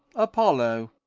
apollo,